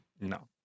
No